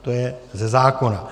To je ze zákona.